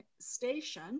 station